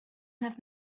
have